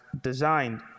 designed